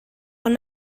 ond